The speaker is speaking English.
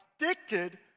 addicted